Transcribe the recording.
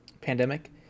pandemic